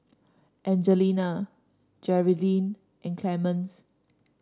Evangelina Jerrilyn and Clemens